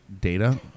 data